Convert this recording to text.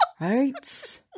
Right